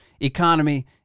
economy